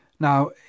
Now